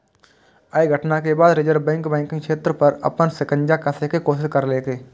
अय घटना के बाद रिजर्व बैंक बैंकिंग क्षेत्र पर अपन शिकंजा कसै के कोशिश केलकै